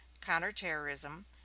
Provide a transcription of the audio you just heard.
counterterrorism